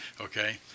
okay